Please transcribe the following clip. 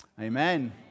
Amen